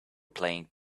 playing